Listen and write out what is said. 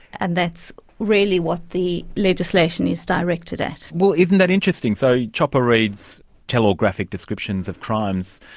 and that's really what the legislation is directed at. well, isn't that interesting. so, chopper read's tell-all, graphic descriptions of crimes,